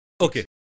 Okay